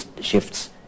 shifts